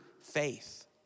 faith